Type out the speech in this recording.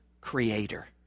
creator